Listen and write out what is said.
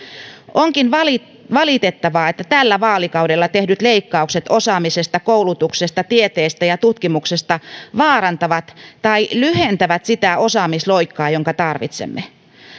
onkin valitettavaa valitettavaa että tällä vaalikaudella tehdyt leikkaukset osaamisesta koulutuksesta tieteestä ja tutkimuksesta vaarantavat tai lyhentävät sitä osaamisloikkaa jonka tarvitsemme